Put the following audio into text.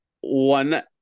one